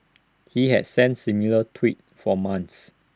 he had sent similar tweets for months